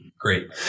Great